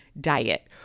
diet